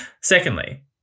Secondly